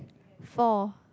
four